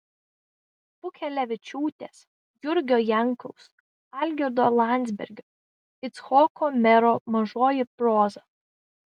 pukelevičiūtės jurgio jankaus algirdo landsbergio icchoko mero mažoji proza